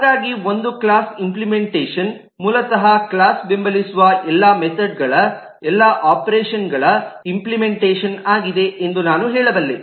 ಹಾಗಾಗಿ ಒಂದು ಕ್ಲಾಸ್ನ ಇಂಪ್ಲಿಮೆಂಟೇಷನ್ ಮೂಲತಃ ಕ್ಲಾಸ್ ಬೆಂಬಲಿಸುವ ಎಲ್ಲಾ ಮೆಥೆಡ್ಗಳ ಎಲ್ಲಾ ಆಪರೇಷನ್ಗಳ ಇಂಪ್ಲಿಮೆಂಟೇಷನ್ ಆಗಿದೆ ಎಂದು ನಾನು ಹೇಳಬಲ್ಲೆ